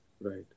right